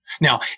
Now